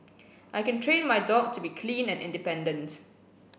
I can train my dog to be clean and independent